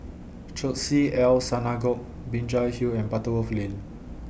Chesed El Synagogue Binjai Hill and Butterworth Lane